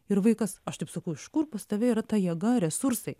ir vaikas aš taip sakau iš kur pas tave yra ta jėga resursai